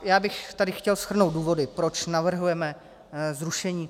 Já bych tady chtěl shrnout důvody, proč navrhujeme zrušení...